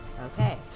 Okay